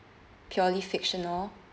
purely fictional